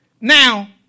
Now